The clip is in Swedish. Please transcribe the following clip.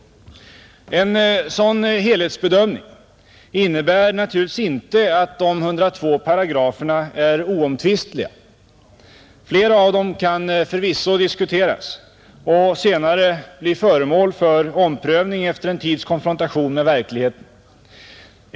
En sådan helhetsbedömning innebär naturligtvis inte att de 102 paragraferna är oomtvistliga. Flera av dem kan förvisso diskuteras och senare bli föremål för omprövning efter en tids konfrontation med verkligheten.